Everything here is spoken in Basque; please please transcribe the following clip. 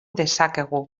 dezakegu